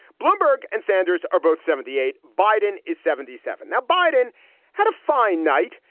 bloomberg and sanders are both seventy eight. biden is seventy seven. now, biden had a fine night,